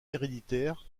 héréditaire